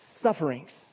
sufferings